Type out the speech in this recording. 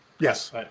Yes